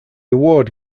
award